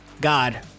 god